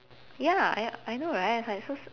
ya I I know right it's like so s~